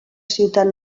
ciutat